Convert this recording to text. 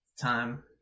time